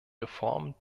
reform